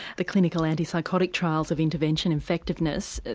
the clinical antipsychotic trials of intervention effectiveness.